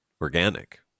organic